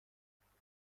نخواستی